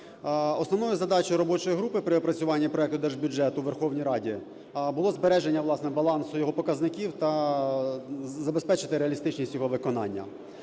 Основною задачею робочої групи при опрацюванні проекту Держбюджету у Верховній Раді було збереження, власне, балансу його показників та забезпечити реалістичність його виконання.